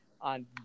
on